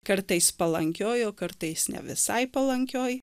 kartais palankioj o kartais ne visai palankioj